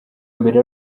mbere